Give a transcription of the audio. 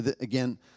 Again